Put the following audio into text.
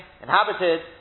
inhabited